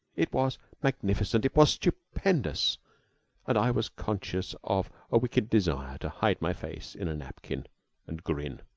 it was magnificent it was stupendous and i was conscious of a wicked desire to hide my face in a napkin and grin.